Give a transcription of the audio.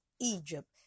Egypt